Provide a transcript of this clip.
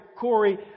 Corey